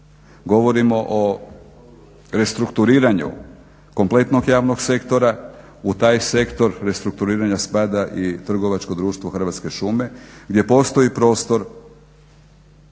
Govorimo o restrukturiranju kompletnog javnog sektora u taj sektor restrukturiranja spada i trgovačko društvo Hrvatske šume gdje postoji prostor